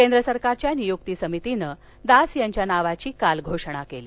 केंद्र सरकारच्या नियुक्ती समितीनं दास यांच्या नावाची काल घोषणा केली